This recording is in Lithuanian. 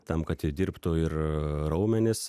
tam kad i dirbtų ir raumenys